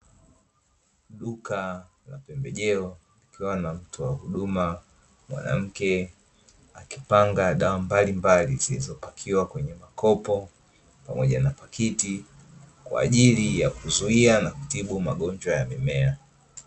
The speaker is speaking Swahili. Duka la pembejeo likiwa na mtoa huduma mwanamke akipanga dawa mbalimbali zilizopakiwa kwenye makopo pamoja na pakiti kwa ajili ya kuzuia na kutibu magonjwa ya mimea.